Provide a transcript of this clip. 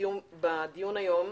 בדיון היום,